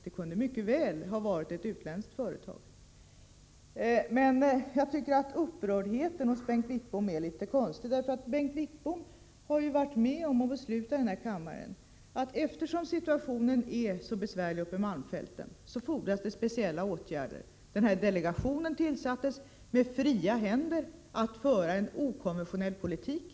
Det kunde mycket väl ha varit ett utländskt företag som fick det. Den upprördhet som Bengt Wittbom ger uttryck för förefaller mig litet konstig. Bengt Wittbom har ju själv varit med om att i denna kammare besluta om speciella åtgärder för malmfälten, eftersom situationen där är så besvärlig. Den särskilda delegationen tillsattes som skulle ha fria händer att föra en okonventionell politik.